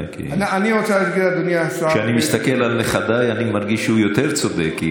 כשאני מסתכל על נכדיי אני מרגיש שהוא יותר צודק,